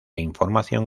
información